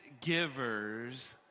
givers